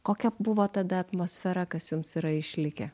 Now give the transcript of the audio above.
kokia buvo tada atmosfera kas jums yra išlikę